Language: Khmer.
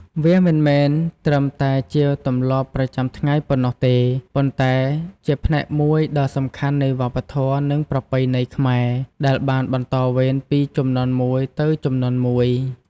វាមិនមែនត្រឹមតែជាទម្លាប់ប្រចាំថ្ងៃប៉ុណ្ណោះទេ ប៉ុន្តែជាផ្នែកមួយដ៏សំខាន់នៃវប្បធម៌ និងប្រពៃណីខ្មែរ ដែលបានបន្តវេនពីជំនាន់មួយទៅជំនាន់មួយ។